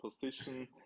position